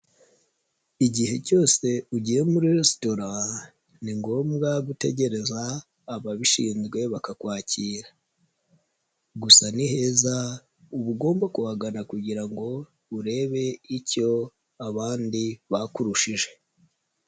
Igihe cyose ugiye muri resitora ni ngombwa gutegereza ababishinzwe bakakwakira, gusa ni heza uba ugomba kuhagana kugira ngo urebe icyo abandi bakurushije.